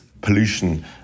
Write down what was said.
pollution